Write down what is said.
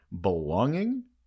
belonging